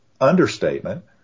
understatement